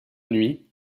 nuit